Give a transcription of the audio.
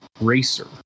Racer